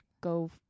go